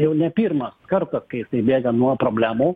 jau ne pirmas kartas kai jisai bėga nuo problemų